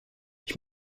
ich